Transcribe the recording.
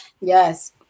Yes